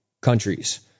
countries